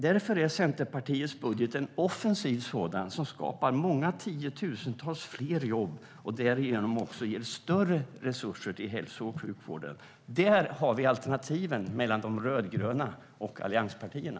Därför är Centerpartiets budget en offensiv sådan som skapar många tiotusentals fler jobb och därigenom också ger större resurser till hälso och sjukvården. Där har vi alternativen mellan de rödgröna och allianspartierna.